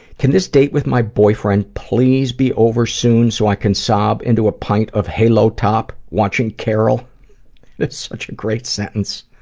can this date with my boyfriend please be over soon so i can sob into a pint of halo top watching carol. that is such a great sentence.